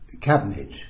cabinet